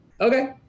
okay